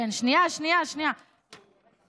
שנייה, שנייה, שנייה.